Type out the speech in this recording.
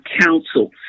council